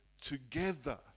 together